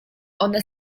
one